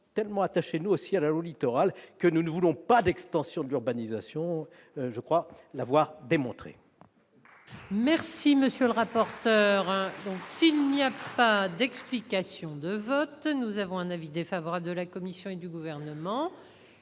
si bien attachés, nous aussi, à la loi Littoral que nous ne voulons pas d'extension de l'urbanisation. Je crois l'avoir démontré.